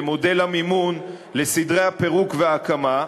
למודל המימון ולסדרי הפירוק וההקמה,